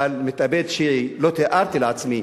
אבל מתאבד שיעי, לא תיארתי לעצמי.